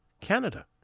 Canada